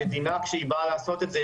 המדינה כשהיא באה לעשות את זה,